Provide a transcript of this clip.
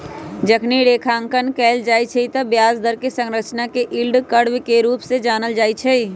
जखनी रेखांकन कएल जाइ छइ तऽ ब्याज दर कें संरचना के यील्ड कर्व के रूप में जानल जाइ छइ